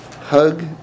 hug